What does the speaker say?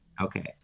Okay